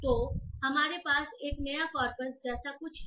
तो हमारे पास एक नया कॉर्पस जैसा कुछ है